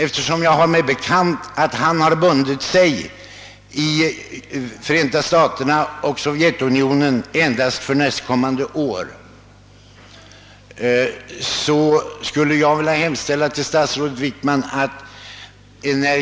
Eftersom jag har mig bekant att han bundit sig i Förenta staterna och Sovjetunionen endast för nästkommande år, så skulle jag vilja hemställa till statsrådet Wickman att inom regeringen